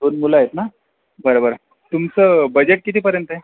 दोन मुलं आहेत ना बरं बरं तुमचा बजेट कितीपर्यंत आहे